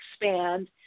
expand